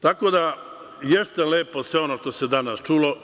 Tako da, jeste lepo sve ono što se danas čulo